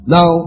Now